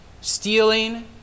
stealing